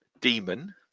demon